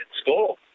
school